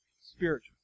spiritual